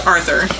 Arthur